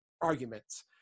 arguments